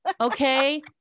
Okay